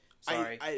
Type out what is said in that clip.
Sorry